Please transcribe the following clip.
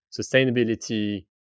sustainability